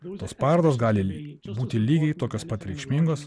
tos parodos gali būti lygiai tokios pat reikšmingos